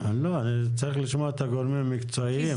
צריך לשמוע את הגורמים המקצועיים.